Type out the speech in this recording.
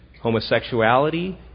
homosexuality